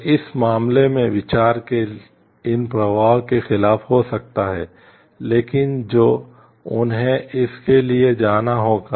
तो इस मामले में विचार के इन प्रवाह के खिलाफ हो सकता है लेकिन जो उन्हें इस के लिए जाना होगा